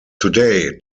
today